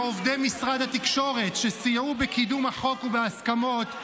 לעובדי משרד התקשורת שסייעו בקידום החוק ובהסכמות,